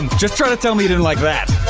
just try to tell me you didn't like that.